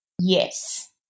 Yes